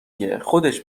گه، خودش